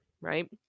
right